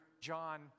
John